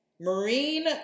Marine